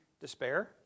despair